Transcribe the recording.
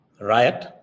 riot